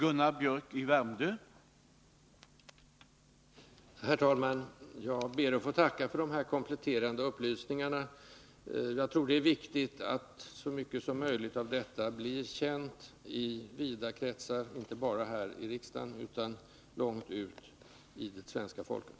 Herr talman! Jag ber att få tacka för de kompletterande upplysningarna. Jag tror att det är viktigt att så mycket som möjligt av detta blir känt i vida kretsar, inte bara här i riksdagen, utan långt ute bland det svenska folket.